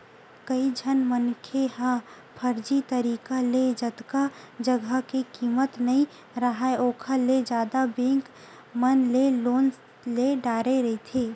कइझन मनखे ह फरजी तरिका ले जतका जघा के कीमत नइ राहय ओखर ले जादा बेंक मन ले लोन ले डारे रहिथे